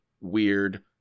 weird